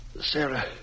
Sarah